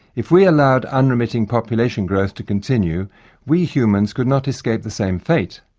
if we allowed unremitting population growth to continue we humans could not escape the same fate,